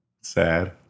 Sad